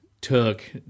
took